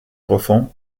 profond